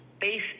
base